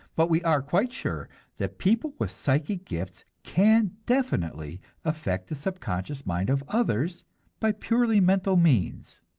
but we are quite sure that people with psychic gifts can definitely affect the subconscious mind of others by purely mental means.